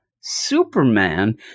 Superman